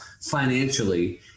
financially